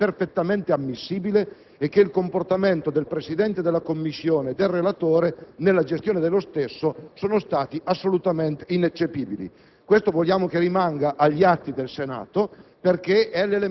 da finanziare, era corretta, che l'emendamento era perfettamente ammissibile e che i comportamenti del Presidente della Commissione e del relatore, nella gestione dello stesso, sono stati assolutamente ineccepibili.